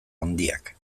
handiak